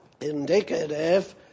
indicative